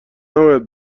نباید